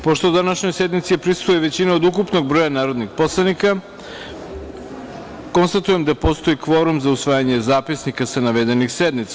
Pošto današnjoj sednici prisustvuje većina od ukupnog broja narodnih poslanika, konstatujem da postoji kvorum za usvajanje zapisnika sa navedenih sednica.